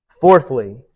Fourthly